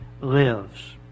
lives